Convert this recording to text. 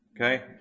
Okay